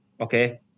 okay